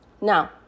Now